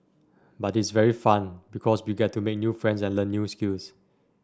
but it's very fun because we get to make new friends and learn new skills